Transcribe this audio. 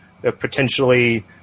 potentially